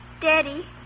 Daddy